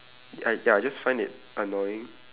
I ya I just find it annoying